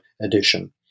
edition